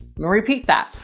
repeat that.